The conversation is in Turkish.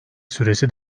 süresi